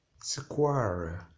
Square